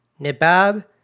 Nebab